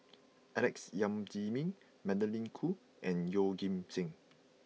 Alex Yam Ziming Magdalene Khoo and Yeoh Ghim Seng